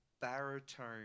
baritone